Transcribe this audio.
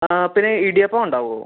ആ പിന്നെ ഇടിയപ്പം ഉണ്ടാകുമോ